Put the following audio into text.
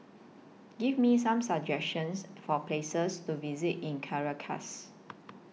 Give Me Some suggestions For Places to visit in Caracas